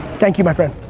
thank you, my friend.